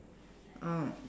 um